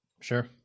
Sure